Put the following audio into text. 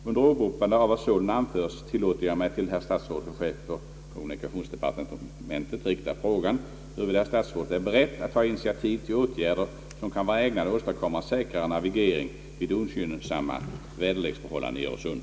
Under åberopande av vad sålunda anförts tillåter jag mig att till statsrådet och chefen för kommunikationsdepartementet rikta frågan, huruvida herr statsrådet är beredd att taga initiativ till åtgärder som kan vara ägnade åstadkomma fartygens säkrare navigering vid ogynnsamma väderleksförhållanden i Öresund.